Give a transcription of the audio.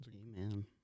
Amen